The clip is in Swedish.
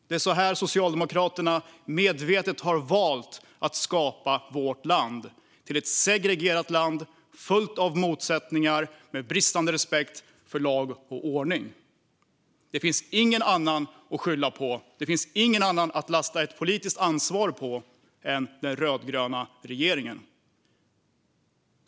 Det är så här Socialdemokraterna medvetet har valt att skapa vårt land, det vill säga till ett segregerat land fullt av motsättningar med bristande respekt för lag och ordning. Det finns ingen annan att skylla på, och det finns ingen annan att lasta ett politiskt ansvar på än den rödgröna regeringen.